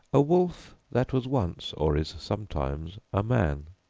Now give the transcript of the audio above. a wolf that was once, or is sometimes, a man.